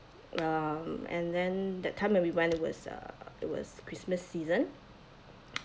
um and then that time when we went it was uh it was christmas season